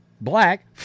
black